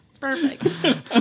Perfect